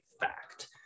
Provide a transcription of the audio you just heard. fact